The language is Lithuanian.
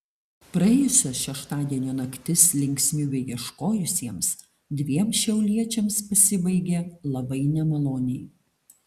praėjusio šeštadienio naktis linksmybių ieškojusiems dviem šiauliečiams pasibaigė labai nemaloniai